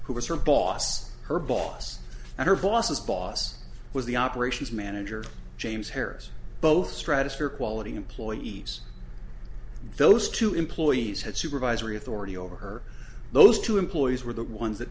who was her boss her boss and her boss's boss was the operations manager james harris both stratospheric quality employees those two employees had supervisory authority over her those two employees were the ones that